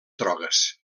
drogues